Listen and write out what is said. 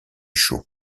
chaud